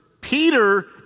Peter